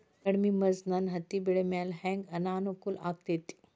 ಕಡಮಿ ಮಂಜ್ ನನ್ ಹತ್ತಿಬೆಳಿ ಮ್ಯಾಲೆ ಹೆಂಗ್ ಅನಾನುಕೂಲ ಆಗ್ತೆತಿ?